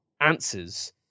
answers